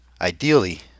Ideally